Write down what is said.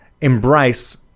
embrace